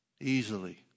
Easily